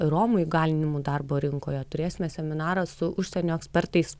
romų įgalinimui darbo rinkoje turėsime seminarą su užsienio ekspertais